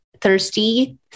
thirsty